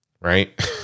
right